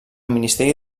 ministeri